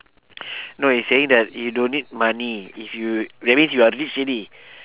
no it's saying that you don't need money if you that means you are rich already